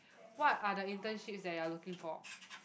what are the internships that you are looking for